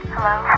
Hello